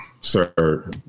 sir